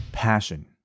passion